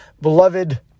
beloved